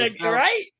Right